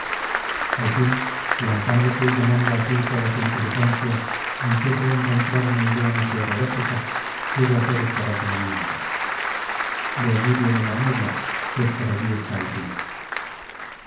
al fin plantándose y llamando a sí toda su inteligencia ansioso de encontrar una idea meteorológica pudo hacer este razonamiento de allí viene la niebla pues por allí está el río